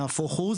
נהפוך הוא,